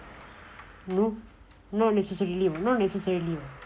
no not necessarily [what] not necessarily